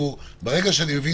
ברגע שאני מבין